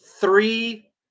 three